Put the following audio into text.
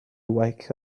wake